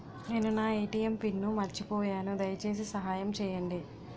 నేను నా ATM pin మర్చిపోయాను, దయచేసి సహాయం చేయండి